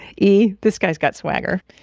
e, this guy's got swagger.